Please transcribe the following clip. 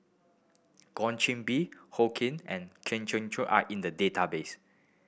Goh Qiu Bin Wong Keen and Kwok Kian Chow are in the database